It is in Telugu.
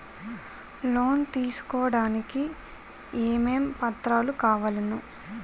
లోన్ తీసుకోడానికి ఏమేం పత్రాలు కావలెను?